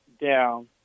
down